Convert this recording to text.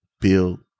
build